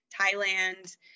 Thailand